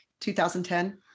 2010